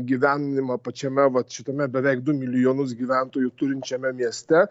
gyvenimą pačiame vat šitame beveik du milijonus gyventojų turinčiame mieste